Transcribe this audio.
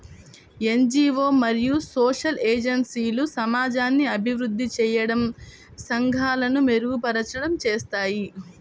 NGO మరియు social ఏజెన్సీలు సమాజాన్ని అభివృద్ధి చేయడం, సంఘాలను మెరుగుపరచడం చేస్తాయి